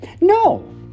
No